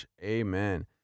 Amen